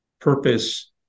purpose